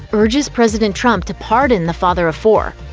urges president trump to pardon the father of four.